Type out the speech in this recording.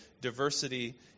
diversity